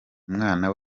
umwana